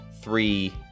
three